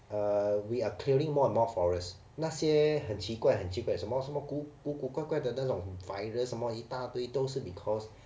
uh we are clearing more and more forest 那些很奇怪很奇怪什么什么古古古怪怪的那种 virus 什么一大堆都是 because